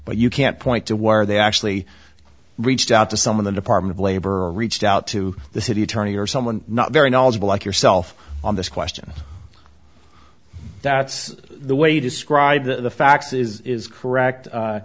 but you can't point to where they actually reached out to some of the department of labor reached out to the city attorney or someone not very knowledgeable like yourself on this question that's the way you describe the facts is correct